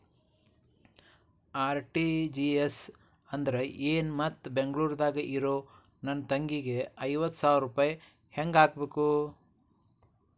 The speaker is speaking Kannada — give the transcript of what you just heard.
ಆರ್.ಟಿ.ಜಿ.ಎಸ್ ಅಂದ್ರ ಏನು ಮತ್ತ ಬೆಂಗಳೂರದಾಗ್ ಇರೋ ನನ್ನ ತಂಗಿಗೆ ಐವತ್ತು ಸಾವಿರ ರೂಪಾಯಿ ಹೆಂಗ್ ಹಾಕಬೇಕು?